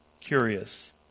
curious